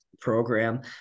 program